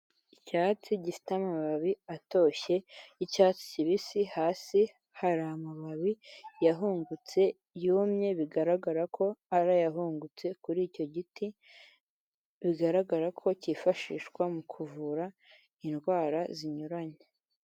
Icyatsi gifite amababi atoshye y'icyatsi kibisi, hasi hari amababi yahungutse yumye bigaragara ko ari ayahungutse kuri icyo giti, bigaragara ko cyifashishwa mu kuvura indwara zinyuranye.